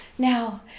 now